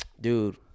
Dude